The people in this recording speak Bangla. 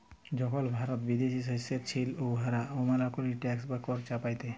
যখল ভারত বিদেশী শাসলে ছিল, উয়ারা অমালবিক ট্যাক্স বা কর চাপাইত